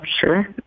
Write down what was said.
Sure